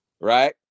Right